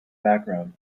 background